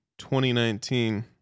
2019